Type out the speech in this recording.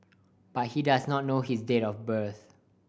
but he does not know his date of birth